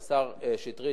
השר שטרית,